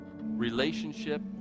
relationship